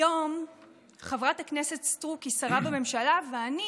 היום חברת הכנסת סטרוק היא שרה בממשלה ואני